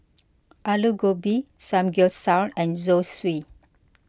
Alu Gobi Samgyeopsal and Zosui